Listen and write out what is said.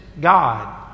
God